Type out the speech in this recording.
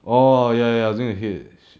oh ya ya I was doing the H_I_T_T